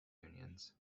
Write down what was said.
unions